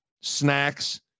snacks